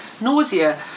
nausea